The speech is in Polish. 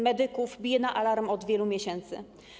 Medycy biją na alarm od wielu miesięcy.